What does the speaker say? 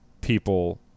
people